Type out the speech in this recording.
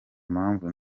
mpamvu